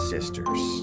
Sisters